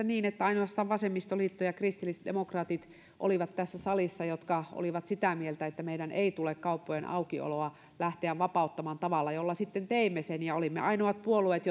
niin että ainoastaan vasemmistoliitto ja kristillisdemokraatit olivat tässä salissa sitä mieltä että meidän ei tule kauppojen aukioloa lähteä vapauttamaan tavalla jolla sitten teimme sen olimme ainoat puolueet